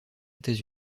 états